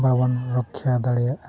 ᱵᱟᱵᱚᱱ ᱨᱚᱠᱠᱷᱟ ᱫᱟᱲᱮᱭᱟᱜᱼᱟ